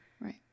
Right